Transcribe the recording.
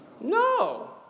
No